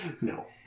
no